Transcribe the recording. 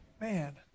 man